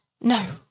No